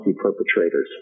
perpetrators